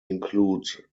include